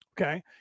okay